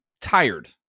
tired